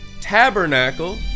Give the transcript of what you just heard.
tabernacle